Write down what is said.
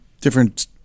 different